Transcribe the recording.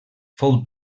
fou